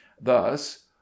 thus